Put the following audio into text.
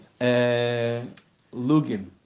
lugim